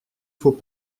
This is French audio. faut